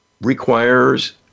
requires